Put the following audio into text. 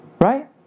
Right